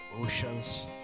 oceans